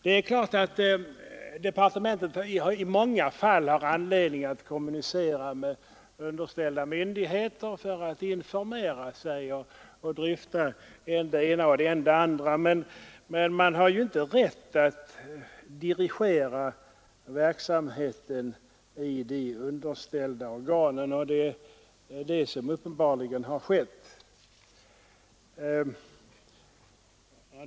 Det är klart att departementet i många fall har anledning att kommunicera med underställda myndigheter för att informera sig och dryfta skilda ting, men inte rätt att ingripa dirigerande, och det är uppenbarligen vad som skett.